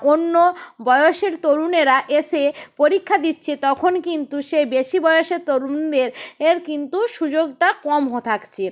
অন্য বয়সের তরুণেরা এসে পরীক্ষা দিচ্ছে তখন কিন্তু সেই বেশি বয়সের তরুণদের এর কিন্তু সুযোগটা কম হ থাকছে